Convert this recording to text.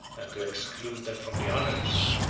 than to exclude them from the honors,